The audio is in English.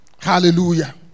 hallelujah